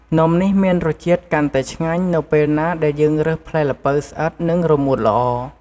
នំនេះមានរសជាតិកាន់តែឆ្ងាញ់ នៅពេលណាដែលយើងរើសផ្លែល្ពៅស្អិត និងរមួតល្អ។